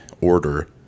order